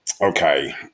Okay